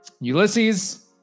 Ulysses